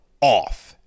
off